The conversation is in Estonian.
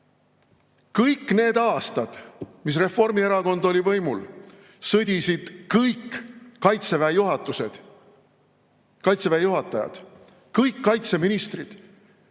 Kõik need aastad, mis Reformierakond oli võimul, sõdisid kõik Kaitseväe juhatajad ja kõik kaitseministrid